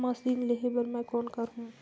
Machine लेहे बर मै कौन करहूं?